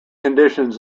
conditions